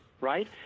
right